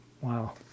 Wow